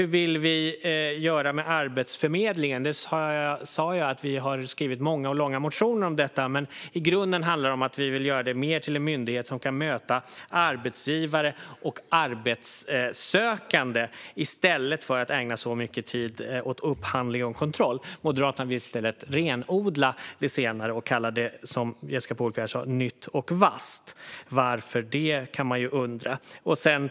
Vad vill Vänsterpartiet göra med Arbetsförmedlingen? Jag sa att vi har skrivit många och långa motioner om detta. I grunden handlar det om att vi vill göra den mer till en myndighet som kan möta arbetsgivare och arbetssökande i stället för att ägna så mycket tid till upphandling och kontroll. Moderaterna vill i stället renodla det senare och kallar det, som Jessica Polfjärd sa, nytt och vasst. Varför det? kan man undra.